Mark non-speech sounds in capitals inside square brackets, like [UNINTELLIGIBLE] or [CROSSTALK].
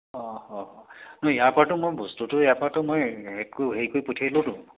অঁ অঁ [UNINTELLIGIBLE] ইয়াৰপৰাটো মই বস্তুটো ইয়াৰপৰাটো মই হেৰি কৰি পঠিয়ালোঁতো